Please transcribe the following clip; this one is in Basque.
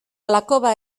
lakoba